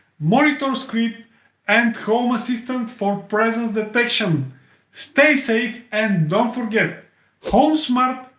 monitor script and home assistant for presence detection stay safe and don't forget home smart,